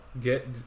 Get